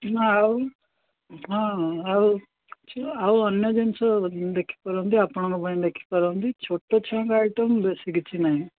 ନା ଆଉ ହଁ ଆଉ ଆଉ ଅନ୍ୟ ଜିନିଷ ଦେଖିପାରନ୍ତି ଆପଣଙ୍କ ପାଇଁ ଦେଖିପାରନ୍ତି ଛୋଟ ଛୁଆଙ୍କ ଆଇଟମ୍ ବେଶୀ କିଛି ନାହିଁ